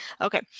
okay